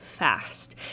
fast